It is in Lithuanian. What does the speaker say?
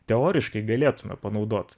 teoriškai galėtume panaudot